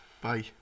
Bye